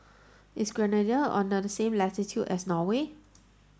is Grenada on that same latitude as Norway